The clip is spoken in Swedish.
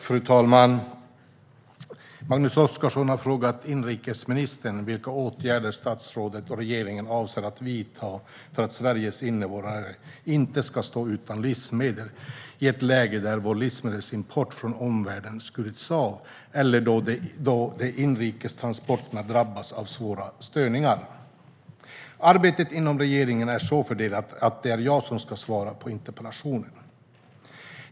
Fru talman! Magnus Oscarsson har frågat inrikesministern vilka åtgärder statsrådet och regeringen avser att vidta för att Sveriges invånare inte ska stå utan livsmedel i ett läge där vår livsmedelsimport från omvärlden skurits av eller då de inrikes transporterna drabbas av svåra störningar. Arbetet inom regeringen är så fördelat att det är jag som ska svara på interpellationen.